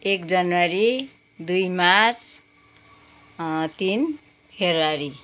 एक जनवरी दुई मार्च तिन फेब्रुअरी